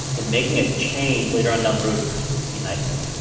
and making a change later on down the road can sometimes be nightmarish.